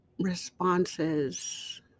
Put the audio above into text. responses